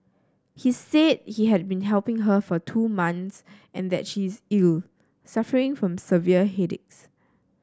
he said he had been helping her for two months and that she is ill suffering from severe headaches